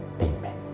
Amen